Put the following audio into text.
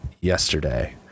yesterday